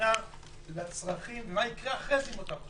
הבנה לצרכים ומה יקרה אחרי זה עם אותם תושבים,